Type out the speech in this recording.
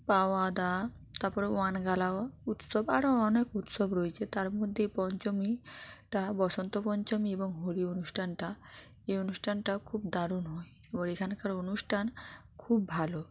পওয়াদা তারপরে ওয়ানগালা উৎসব আরো অনেক উৎসব রয়েছে তার মধ্যে পঞ্চমী তা বসন্ত পঞ্চমী এবং হোলি অনুষ্ঠানটা এই অনুষ্ঠানটা খুব দারুণ হয় ও এখানকার অনুষ্ঠান খুব ভালো